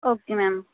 okay ma'am